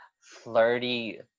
flirty